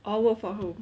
oh work from home